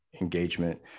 engagement